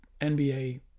NBA